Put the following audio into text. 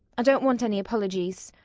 i don't want any apologies.